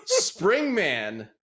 Springman